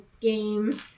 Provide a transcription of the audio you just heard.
game